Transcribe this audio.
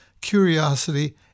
curiosity